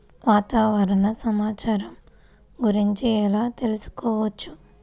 వాతావరణ సమాచారము గురించి ఎలా తెలుకుసుకోవచ్చు?